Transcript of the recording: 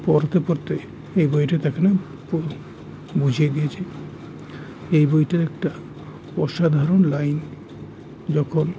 পরতে পরতে এই বইটাতে এখানে বুঝিয়ে দিয়েছে এই বইটার একটা অসাধারণ লাইন যখন